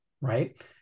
right